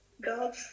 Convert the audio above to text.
God